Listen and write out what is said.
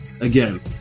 again